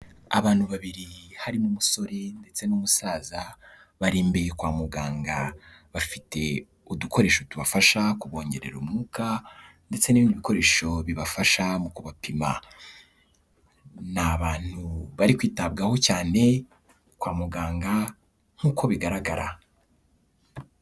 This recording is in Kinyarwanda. Abantu babiri harimo umusore ndetse n'umusaza, barembeye kwa muganga, bafite udukoresho tubafasha kubongerera umwuka ndetse n'ibindi bikoresho bibafasha mu kubapima, ni abantu bari kwitabwaho cyane kwa muganga nk'uko bigaragara.